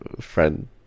friend